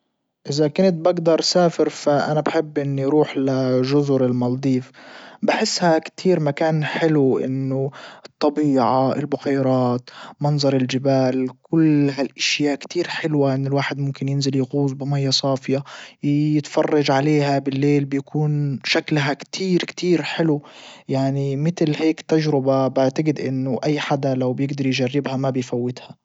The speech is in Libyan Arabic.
ازا كنت بجدر اسافر فأنا بحب اني اروح لجزر المالديف بحسها كتير مكان حلو انه الطبيعة البحيرات منظر الجبال كل هالاشيا كتير حلوة انه الواحد ممكن ينزل يغوص بمية صافية يتفرج عليها بالليل بيكون شكلها كتير كتير حلو يعني متل هيك تجربة بعتجد انه اي حدا لو بيجدر يجربها ما بيفوتها